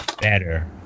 better